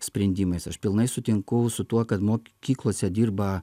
sprendimais aš pilnai sutinku su tuo kad mokyklose dirba